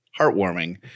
heartwarming